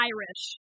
Irish